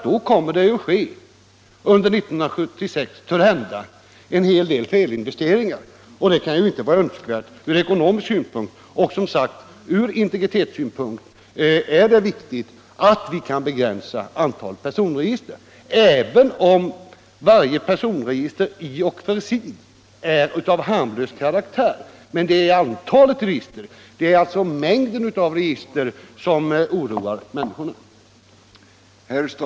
Det skulle törhända innebära en hel del felinvesteringar under 1976, och det kan inte vara önskvärt ur ekonomisk synpunkt. Ur integritetssynpunkt är det, som sagt, viktigt att kunna begränsa antalet personregister även om varje register i och för sig är av harmlös karaktär. Men det är mängden av register som oroar människorna.